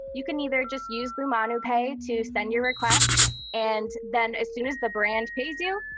you can either just use lumanu pay to send your request and then as soon as the brand pays you,